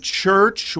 church